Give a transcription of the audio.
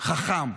חכם,